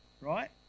Right